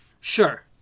Sure